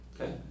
Okay